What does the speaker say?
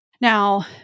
Now